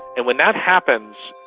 and when that happens,